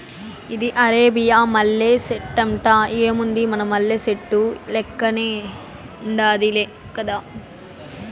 ఇది అరేబియా మల్లె సెట్టంట, ఏముంది మన మల్లె సెట్టు లెక్కనే ఉండాది గదా